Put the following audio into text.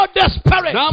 desperate